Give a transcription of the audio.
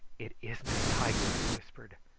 it isn't a tiger, i whispered.